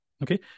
Okay